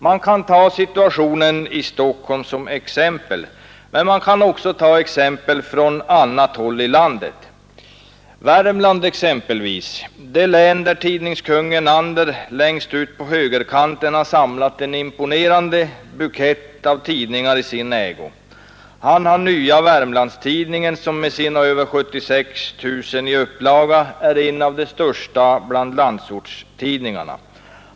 Man kan ta situationen i Stockholm som exempel, men man kan också hämta exempel från annat håll i landet. I Värmland har tidningskungen Ander, längst ute på högerkanten, samlat en imponerande bukett tidningar i sin ägo. Han har Nya Wermlands-Tidningen som med sina över 76 000 i upplaga är en av de största bland landsortstidningarna.